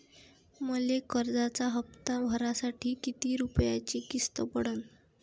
मले कर्जाचा हप्ता भरासाठी किती रूपयाची किस्त पडन?